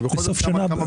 13%